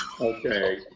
Okay